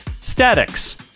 Statics